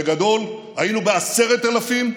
בגדול, היינו ב-10,000,